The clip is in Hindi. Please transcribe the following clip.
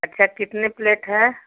अच्छा कितने प्लेट हैं